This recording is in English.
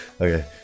okay